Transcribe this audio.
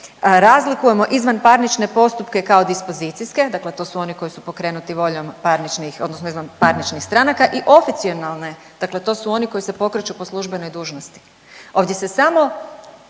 „razlikujemo izvanparnične postupke kao dispozicijske“ dakle to su oni koji su pokrenuti voljom parničnih odnosno izvanparničnih stranaka „i oficionalne“ dakle to su oni koji se pokreću po službenoj dužnosti. Ovdje se samo